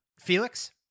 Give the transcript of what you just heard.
Felix